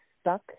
stuck